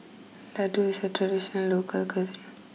Laddu is a traditional local cuisine